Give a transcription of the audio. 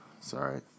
Sorry